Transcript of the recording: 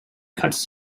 cuts